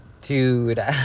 dude